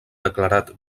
declarat